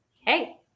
Hey